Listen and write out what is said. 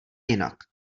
jinak